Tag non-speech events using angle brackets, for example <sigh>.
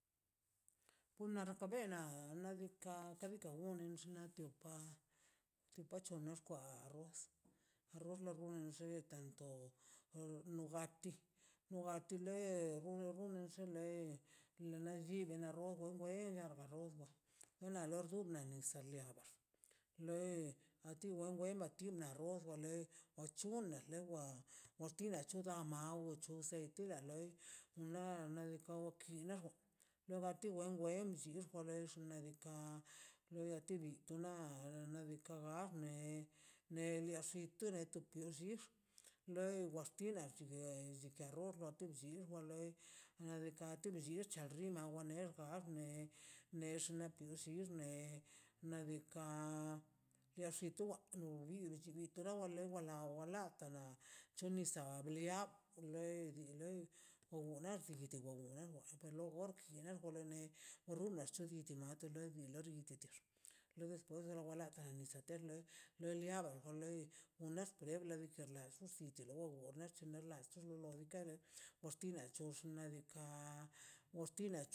Nuna rrakabel xnaꞌ diikaꞌ ka bika une pa tu pacho kwa ros arros de tanto no bati no bati ḻe gun gun rrun lei nalli dena rojo wengai ba rojo en la warduna en a basliena wen a ti wa rojo a ti wa roja wa le wa chun da maw chu an ti da loi nadika kiina nogati wen siix xnaꞌ diikaꞌ <unintelligible> wa leinardika to willich awa ner kaat ne nex natix ne xnaꞌ diikaꞌ bia xi tuba nitawara lewa lata la choniza liab lei dii loi oga na de didi loi <unintelligible> wara wa la setero weliaba loi undax torebla nisaꞌ ter lei lo liaba <unintelligible> oxtila.